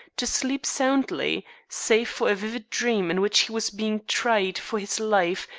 to sleep soundly, save for a vivid dream in which he was being tried for his life,